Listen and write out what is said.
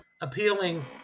appealing